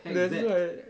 that's why